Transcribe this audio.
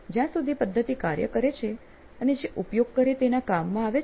જ્યાં સુધી પદ્ધતિ કાર્ય કરે છે અને જે ઉપયોગ કરે તેના કામમાં આવે છે